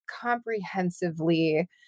comprehensively